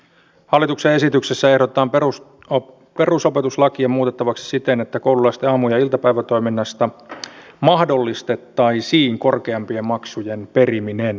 hallituksen esityksessä ehdotetaan perusopetuslakia muutettavaksi siten että koululaisten aamu ja iltapäivätoiminnasta mahdollistettaisiin korkeampien maksujen periminen